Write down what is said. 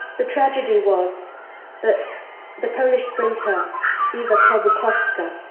the tragedy was that the polish sprinter ewa klobukowska,